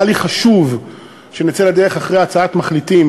היה לי חשוב שנצא לדרך אחרי הצעת מחליטים